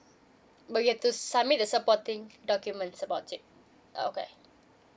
but you have to submit the supporting documents about it okay